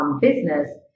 business